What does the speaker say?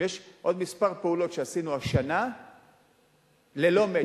יש עוד כמה פעולות שעשינו השנה ללא "מצ'ינג"